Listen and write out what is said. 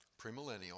premillennial